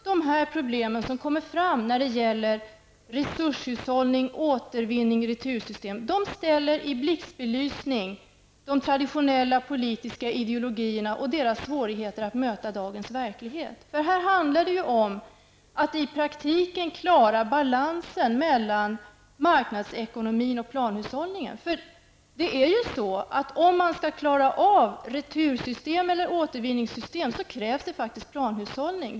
De problem som sammanhänger med resurshushållning och återvinning i retursystem ställer i blixtbelysning de traditionella politiska ideologiernas svårigheter att möta dagens verklighet. Det handlar här om att i praktiken klara balansen mellan marknadsekonomi och planhushållning. För att man skall kunna genomföra retursystem eller återvinningsystem krävs det faktiskt planhushållning.